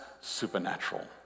supernatural